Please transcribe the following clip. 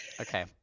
Okay